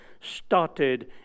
started